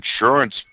insurance